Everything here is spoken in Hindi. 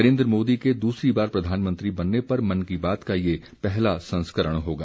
नरेन्द्र मोदी के दूसरी बार प्रधानमंत्री बनने पर मन की बात का यह पहला संस्करण होगा